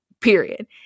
period